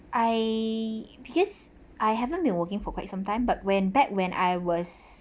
I because I haven't been working for quite some time but when back when I was